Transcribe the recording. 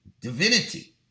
divinity